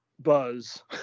Buzz